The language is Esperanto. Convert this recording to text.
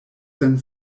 sen